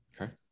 okay